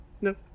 No